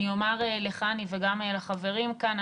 אני אומר לחני וגם לחברים כאן,